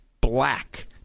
BLACK